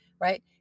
right